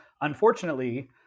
unfortunately